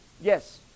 yes